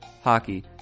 hockey